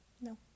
no